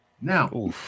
Now